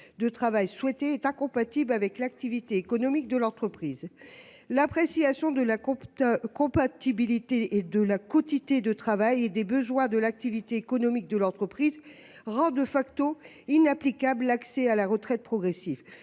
de travail souhaitée est incompatible avec l'activité économique de l'entreprise. L'appréciation de la compatibilité entre la quotité de travail et des besoins de l'activité économique de l'entreprise rend,, inapplicable l'accès à la retraite progressive.